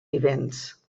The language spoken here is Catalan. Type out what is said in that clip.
vivents